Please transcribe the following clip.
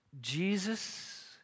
Jesus